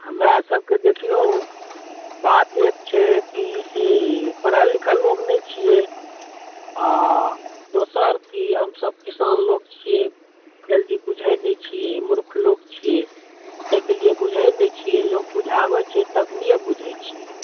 हमरा सबकेँ देखियौ बात एक छै कि से पढ़ल लीखल लोक नहि छियै आ दोसर कि हमसब किसान लोक छियै जल्दी बुझैत नहि छियै मुर्ख लोक छियै ताहिके लिए बुझैत नहि छियै लोक बुझाबैत छै तखनिये बुझैत छियै